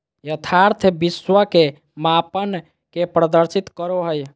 यथार्थ विश्व के मापन के प्रदर्शित करो हइ